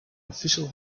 official